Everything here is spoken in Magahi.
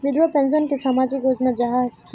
विधवा पेंशन की सामाजिक योजना जाहा की?